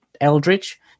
Eldridge